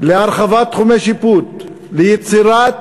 להרחבת תחומי שיפוט, ליצירת